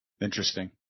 Interesting